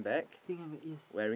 pink handbag yes